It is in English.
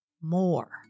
more